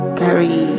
carry